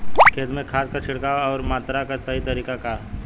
खेत में खाद क छिड़काव अउर मात्रा क सही तरीका का ह?